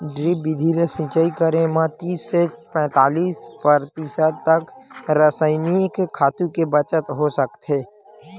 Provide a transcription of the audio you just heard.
drip बिधि ले सिचई करे म तीस ले पैतालीस परतिसत तक रसइनिक खातू के बचत हो सकथे